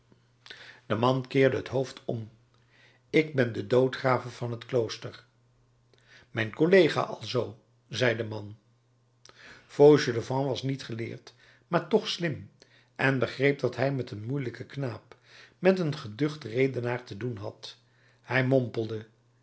de man keerde het hoofd om ik ben de doodgraver van het klooster mijn collega alzoo zei de man fauchelevent was niet geleerd maar toch slim en begreep dat hij met een moeielijken knaap met een geducht redenaar te doen had hij mompelde